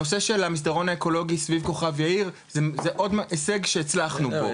הנושא של המסדרון האקולוגי סביב כוכב יאיר זה עוד הישג שהצלחנו בו,